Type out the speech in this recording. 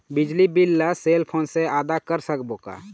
बिजली बिल ला cell phone से आदा कर सकबो का?